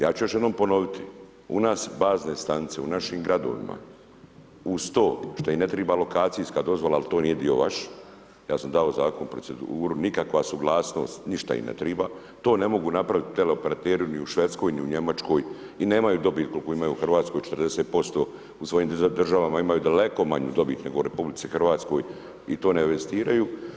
Ja ću još jednom ponoviti, u nas bazne stanice, u našim gradovima, uz to što im ne treba lokacijska dozvola, ali to nije dio vaš, ja sam dao zakon u proceduru, nikakva suglasnost, ništa im ne treba, to ne mogu napravit tele operateri ni u Švedskoj, ni u Njemačkoj i nemaju dobit kolku imaju u Hrvatskoj 40% u svojim državama imaju daleko manju dobit, nego u RH i to ne investiraju.